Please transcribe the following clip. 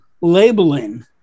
labeling